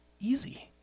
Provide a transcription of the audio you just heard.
easy